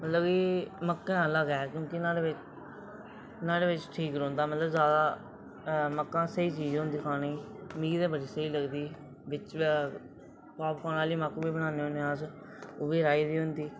मतलब कि मक्कें आह्ला गै ऐ क्योंकि नुआढ़े बिच नुआढ़े बिच ठीक रौंह्दा मतलब जैदा मक्कां स्हेई चीज होंदी खाने गी मिगी ते बड़ी स्हेई लगदा बिच पापकार्न आह्ली मक्क बी बनाने आं अस ओह् बी राही दी होंदी